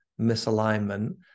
misalignment